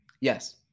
Yes